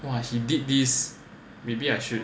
!wah! he did this maybe I should